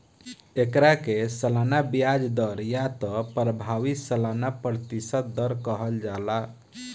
एकरा के सालाना ब्याज दर या त प्रभावी सालाना प्रतिशत दर कहल जाला